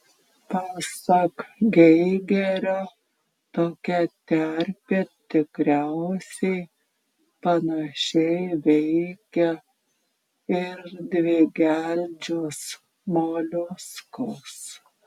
pasak geigerio tokia terpė tikriausiai panašiai veikia ir dvigeldžius moliuskus